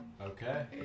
Okay